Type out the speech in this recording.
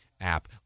app